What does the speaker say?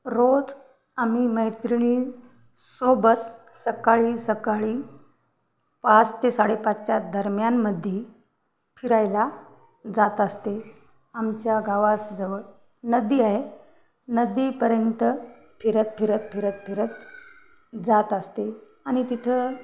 रोज आम्ही मैत्रिणीसोबत सकाळी सकाळी पाच ते साडेपाचच्या दरम्यानमध्ये फिरायला जात असते आमच्या गावाजवळ नदी आहे नदीपर्यंत फिरत फिरत फिरत फिरत जात असते आणि तिथं